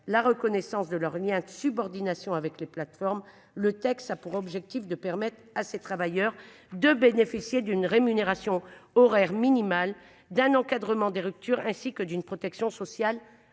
la reconnaissance de leur lien de subordination avec les plateformes. Le texte a pour objectif de permettre à ces travailleurs de bénéficier d'une rémunération horaire minimal d'un encadrement des ruptures ainsi que d'une protection sociale